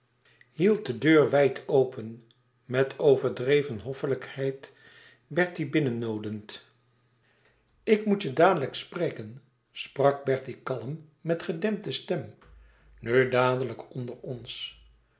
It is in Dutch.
hield de deur wijd open met overdreven hoffelijkheid bertie binnennoodend ik moet je dadelijk spreken sprak bertie kalm met gedempte stem nu dadelijk onder ons